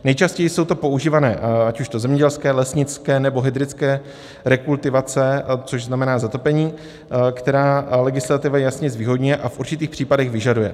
Nejčastěji jsou používané ať už zemědělské, lesnické nebo hydrické rekultivace, což znamená zatopení, které legislativa jasně zvýhodňuje a v určitých případech vyžaduje.